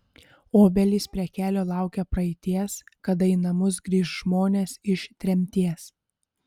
obelys prie kelio laukia praeities kada į namus grįš žmonės iš tremties